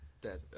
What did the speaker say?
Dead